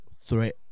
threat